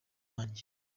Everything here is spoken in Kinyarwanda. wanjye